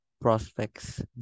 prospects